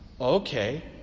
Okay